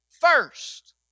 first